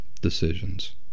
decisions